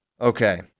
Okay